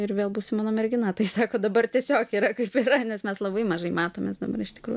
ir vėl būsi mano mergina tai sako dabar tiesiog yra kaip yra nes mes labai mažai matomės dabar iš tikrųjų